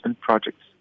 projects